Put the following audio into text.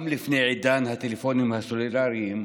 גם לפני עידן הטלפונים הסלולריים,